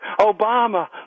Obama